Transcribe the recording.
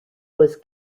was